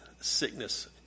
sickness